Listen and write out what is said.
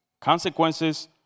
Consequences